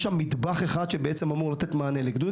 יש שם מטבח אחד שאמור לתת מענה לגדוד